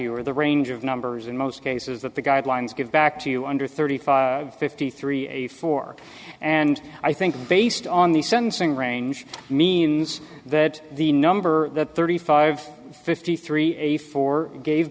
to or the range of numbers in most cases that the guidelines give back to you under thirty five fifty three eighty four and i think based on the sentencing range means that the number thirty five fifty three eighty four gave